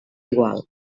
igual